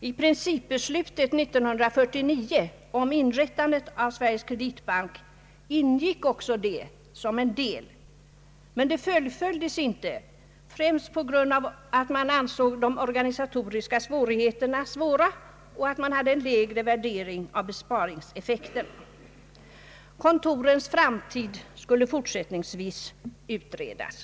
I principbeslutet 1949 om inrättandet av Sveriges Kreditbank ingick också detta som en del, men det fullföljdes inte, främst på grund av att man ansåg de organisatoriska svårigheterna stora och att man hade en lägre värdering av besparingseffekten. Kontorens framtid skulle fortsättningsvis utredas.